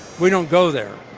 we don't go there,